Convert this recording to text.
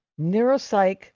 neuropsych